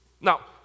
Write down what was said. Now